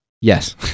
Yes